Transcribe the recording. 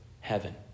heaven